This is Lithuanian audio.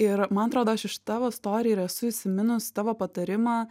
ir man atrodo aš iš tavo storių ir esu įsiminus tavo patarimą